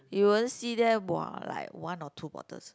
you won't see them [wah] like one or two bottles